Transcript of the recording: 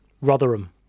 Rotherham